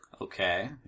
Okay